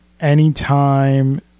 Anytime